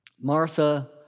Martha